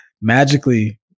magically